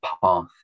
path